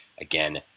again